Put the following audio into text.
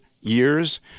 years